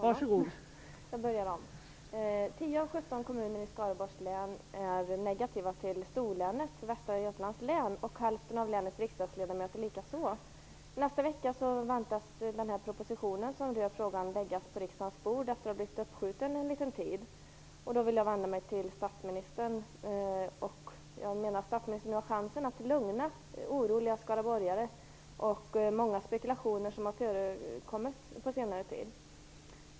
Fru talman! 10 av 17 kommuner i Skaraborgs län och likaså hälften av länets riksdagsledamöter är negativa till storlänet Västra Götalands län. Nästa vecka väntas den proposition som berör denna fråga bli lagd på riksdagens bord efter att ha blivit uppskjuten en liten tid. Jag vill vända mig till statsministern. Jag menar att statsministern nu har chansen att lugna oroliga skaraborgare. Det har förekommit många spekulationer på senare tid.